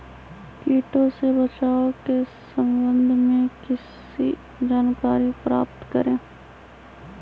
किटो से बचाव के सम्वन्ध में किसी जानकारी प्राप्त करें?